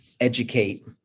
educate